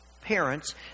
parents